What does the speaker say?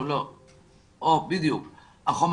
ואנחנו מקדמים את הנושא כדי ליצור חיבור בין